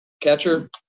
catcher